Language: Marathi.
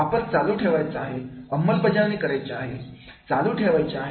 वापर चालू ठेवायचा आहे अंमलबजावणी करायची आहे चालू ठेवायचे आहे